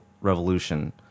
Revolution